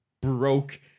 broke